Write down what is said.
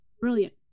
brilliant